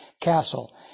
castle